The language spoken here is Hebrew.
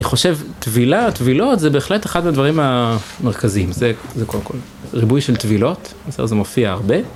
אני חושב, טבילה, טבילות, זה בהחלט אחד הדברים המרכזיים, זה קודם כל. ריבוי של טבילות, בסדר, זה מופיע הרבה.